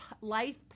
life